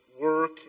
work